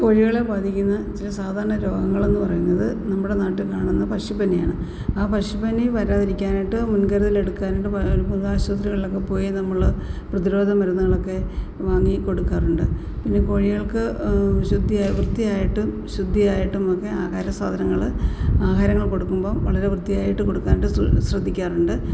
കോഴികളെ ബാധിക്കുന്ന ചില സാധാരണ രോഗങ്ങളെന്നു പറയുന്നത് നമ്മുടെ നാട്ടിൽ കാണുന്ന പക്ഷിപ്പനിയാണ് ആ പക്ഷിപ്പനി വരാതിരിക്കാനായിട്ട് മുൻകരുതൽ എടുക്കാൻ വേണ്ടി മൃഗാശുപത്രികളിലൊക്കെ പോയി നമ്മൾ പ്രതിരോധ മരുന്നുകളൊക്കെ വാങ്ങി കൊടുക്കാറുണ്ട് പിന്നെ കോഴികൾക്ക് വൃത്തിയായിട്ടും ശുദ്ധിയായിട്ടും ഒക്കെ ആഹാര സാധനങ്ങൾ ആഹാരങ്ങൾ കൊടുക്കുമ്പോൾ വളരെ വൃത്തിയായിട്ട് കൊടുക്കാനായിട്ട് ശ്രദ്ധിക്കാറുണ്ട്